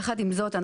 יחד עם זאת,